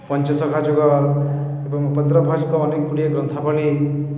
ପଞ୍ଚସଖା ଯୁଗର୍ ଏବଂ ଉପେନ୍ଦ୍ର ଭଞ୍ଜଙ୍କ ଅନେକ ଗୁଡ଼ିଏ ଗ୍ରନ୍ଥାବଳୀ